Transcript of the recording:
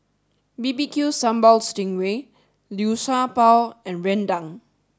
B B Q Sambal Sting Ray Liu Sha Bao and Rendang